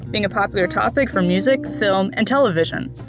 being a popular topic from music, film and television.